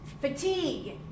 Fatigue